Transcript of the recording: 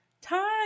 time